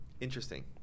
Interesting